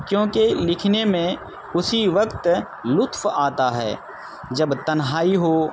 کیونکہ لکھنے میں اسی وقت لطف آتا ہے جب تنہائی ہو